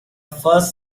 first